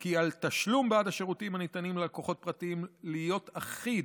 כי על התשלום בעד שירותים הניתנים ללקוחות פרטיים להיות אחיד,